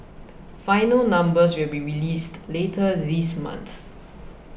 final numbers will be released later this month